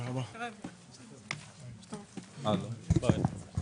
שלום לכולם, הסעיף השני בסדר-היום